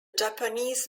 japanese